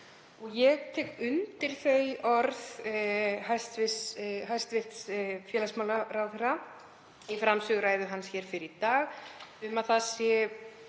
Ég tek undir þau orð hæstv. félagsmálaráðherra í framsöguræðu hans hér fyrr í dag